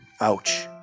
Ouch